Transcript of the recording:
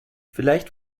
vielleicht